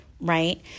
right